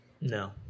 No